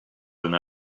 than